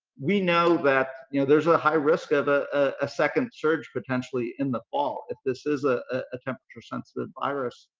we know that there's a high risk of ah a second surge potentially in the fall, if this is ah a temperature sensitive virus.